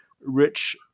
rich